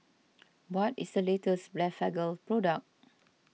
what is the latest Blephagel product